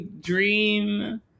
dream